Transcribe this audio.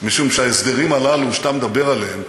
משום שההסדרים הללו, שאתה מדבר עליהם,